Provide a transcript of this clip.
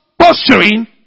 posturing